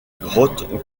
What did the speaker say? grotte